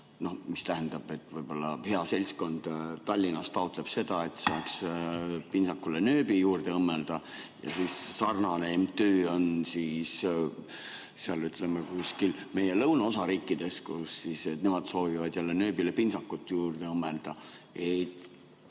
mis tähendab, et võib-olla hea seltskond Tallinnas taotleb seda, et saaks pintsakule nööbi külge õmmelda, aga sarnane MTÜ on seal kuskil meie lõunaosariikides, kus nemad soovivad jälle nööbile pintsakut juurde õmmelda.